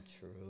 true